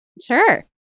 sure